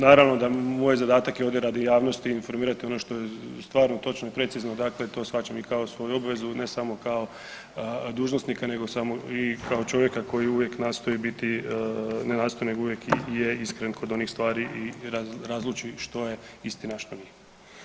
Naravno da moj zadatak je ovdje radi javnosti informirati ono što je stvarno točno i precizno dakle to shvaćam i kao svoju obvezu, ne samo kao dužnosnika nego samo i kao čovjeka koji uvijek nastoji biti, ne nastoji nego uvijek i je iskren kod onih stvari i razluči što je istina, a što nije.